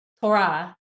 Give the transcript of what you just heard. Torah